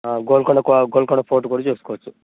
గోల్కోండ కా గోల్కోండ ఫోర్ట్ కూడా చూసుకోవవచ్చు